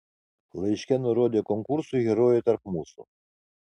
laiške nurodė konkursui herojai tarp mūsų